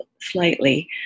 slightly